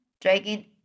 dragging